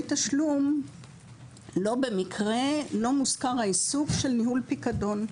תשלום לא במקרה לא מוזכר העיסוק של ניהול פיקדון.